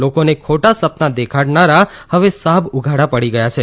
લોકોને ખોટાં સપનાં દેખાડનારા હવે સાવ ઉઘાડા પડી ગયા છે